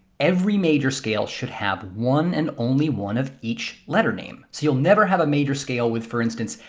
every major scale should have one and only one of each letter name. so you'll never have a major scale with, for instance,